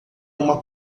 uma